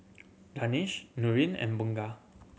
Danish Nurin and Bunga